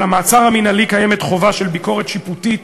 על המעצר המינהלי קיימת חובה של ביקורת שיפוטית